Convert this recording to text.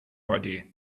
idea